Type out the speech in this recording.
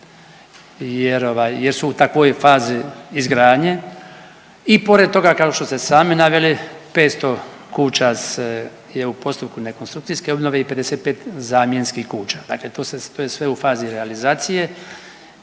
jer su u takvoj fazi izgradnje i pored toga kao što ste sami naveli 500 kuća je u postupku ne konstrukcijske obnove i 55 zamjenskih kuća, dakle to je sve u fazi realizacije